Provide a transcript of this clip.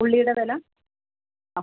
ഉള്ളിയുടെ വില അ